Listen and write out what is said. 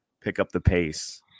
pick-up-the-pace